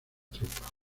tropa